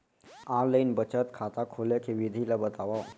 Online बचत खाता खोले के विधि ला बतावव?